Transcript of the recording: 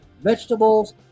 vegetables